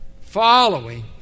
following